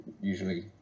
usually